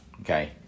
okay